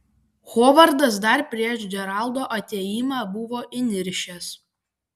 hovardas dar prieš džeraldo atėjimą buvo įniršęs